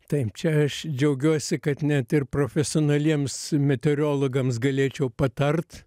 taip čia aš džiaugiuosi kad net ir profesionaliems meteorologams galėčiau patart